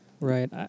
Right